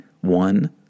one